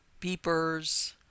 beepers